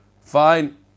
Fine